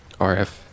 RF